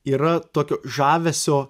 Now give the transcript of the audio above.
yra tokio žavesio